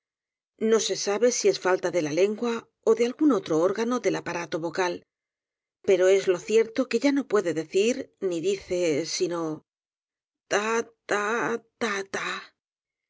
no se sabe si es falta de la lengua ó de algún otro órgano del aparato vocal pero es lo cierto que ya no puede decir ni dice sino ta ta